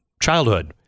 childhood